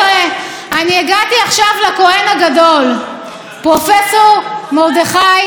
הוא קבע בנימוס שהחלטת בג"ץ היא גיבוי משפטי לעושק,